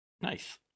Nice